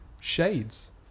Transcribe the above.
shades